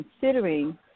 considering